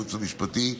הייעוץ המשפטי,